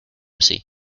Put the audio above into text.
así